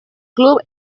club